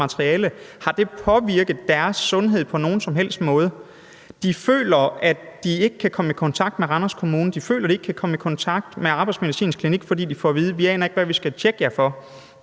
materiale, har påvirket deres sundhed på nogen som helst måde. De føler, at de ikke kan komme i kontakt med Randers Kommune. De føler, at de ikke kan komme i kontakt med arbejdsmedicinsk klinik, fordi de får at vide, at klinikken ikke aner, hvad den skal tjekke dem for.